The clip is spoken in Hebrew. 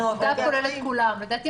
"עובדיו" כולל את כולם.